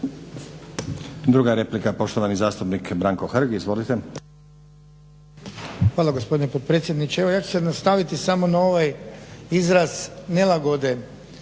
Druga replika, poštovani zastupnik Branko Hrg. Izvolite. **Hrg, Branko (HSS)** Hvala gospodine potpredsjedniče. Evo ja ću se nastaviti samo na ovaj izraz nelagode.